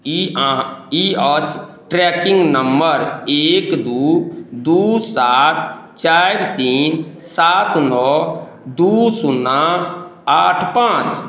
की अहाँ ई अछि ट्रैकिंग नम्बर एक दू दू सात चारि तीन सात नओ दू सुन्ना आठ पॉंच